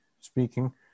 speaking